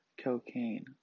cocaine